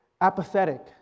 apathetic